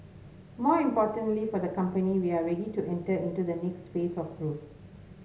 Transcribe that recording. more importantly for the company we are ready to enter into the next phase of growth